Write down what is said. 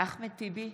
אחמד טיבי,